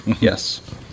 Yes